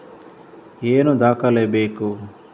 ಏನು ದಾಖಲೆ ಬೇಕು?